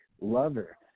lover